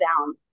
down